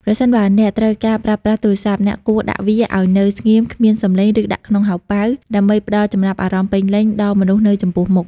ប្រសិនបើអ្នកត្រូវការប្រើប្រាស់ទូរស័ព្ទ អ្នកគួរដាក់វាឱ្យនៅស្ងៀម គ្មានសំឡេង ឬដាក់ក្នុងហោប៉ៅ ដើម្បីផ្ដល់ចំណាប់អារម្មណ៍ពេញលេញដល់មនុស្សនៅចំពោះមុខ។